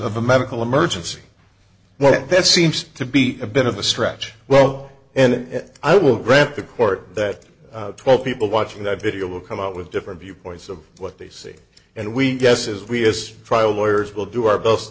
of a medical emergency well that seems to be a bit of a stretch well and i will grant the court that twelve people watching that video will come out with different viewpoints of what they see and we guess is we as a trial lawyers will do our best